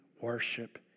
worship